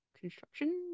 construction